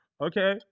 Okay